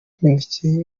imineke